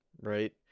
right